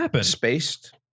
spaced